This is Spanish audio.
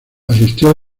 asistió